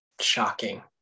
shocking